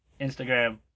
Instagram